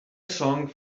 song